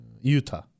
Utah